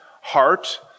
heart